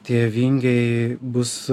tie vingiai bus